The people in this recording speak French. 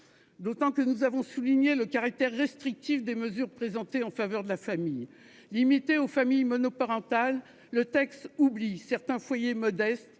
D'autant que nous avons souligné le caractère restrictif des mesures présentées en faveur de la famille, limitées aux familles monoparentales. De fait, le texte oublie certains foyers modestes.